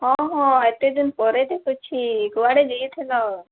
ହଁ ହଁ ଏତେ ଦିନ ପରେ ଦେଖୁଛି କୁଆଡ଼େ ଯାଇଥିଲ